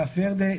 כף ורדה,